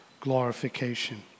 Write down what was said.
glorification